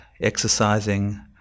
exercising